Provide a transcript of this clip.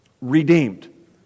redeemed